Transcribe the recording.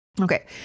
Okay